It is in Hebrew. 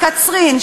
קצרין,